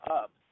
up